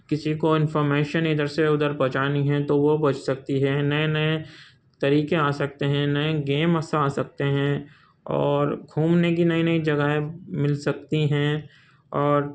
کسی کو انفارمیشن ادھر سے ادھر پہنچانی ہے تو وہ پہنچ سکتی ہے نئے نئے طریقے آ سکتے ہیں نئے گیم اس سے آ سکتے ہیں اور گھومنے کی نئی نئی جگہیں مل سکتی ہیں اور